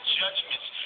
judgments